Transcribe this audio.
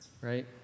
right